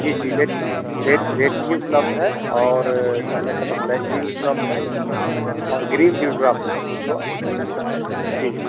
जी जी रेड भी red red भी उपलब्ध है और कहने को तो ब्लैक भी उपलब्ध है और ग्रीन भी उपलब्ध है जो जी